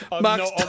Max